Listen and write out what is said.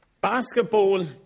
Basketball